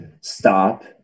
stop